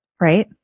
Right